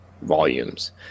volumes